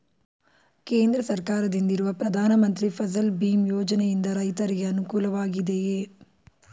ಕೇಂದ್ರ ಸರ್ಕಾರದಿಂದಿರುವ ಪ್ರಧಾನ ಮಂತ್ರಿ ಫಸಲ್ ಭೀಮ್ ಯೋಜನೆಯಿಂದ ರೈತರಿಗೆ ಅನುಕೂಲವಾಗಿದೆಯೇ?